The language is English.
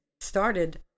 started